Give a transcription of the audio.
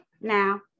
Now